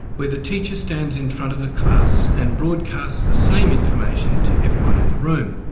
where the teacher stands in front of the class and broadcasts the same information to everyone in the room.